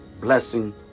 blessing